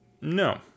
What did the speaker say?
no